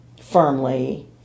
firmly